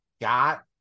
got